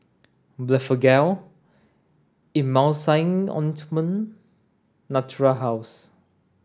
Blephagel Emulsying Ointment Natura House